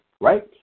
right